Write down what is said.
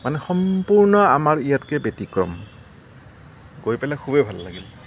মানে সম্পূৰ্ণ আমাৰ ইয়াতকৈ ব্যতিক্ৰম গৈ পেলাই খুবেই ভাল লাগিল